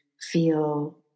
feel